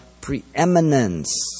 preeminence